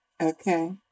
Okay